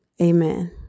Amen